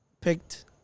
picked